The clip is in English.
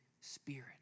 Spirit